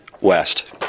West